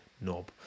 Knob